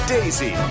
Daisy